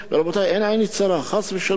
רבותי, אין עיני צרה, חס ושלום.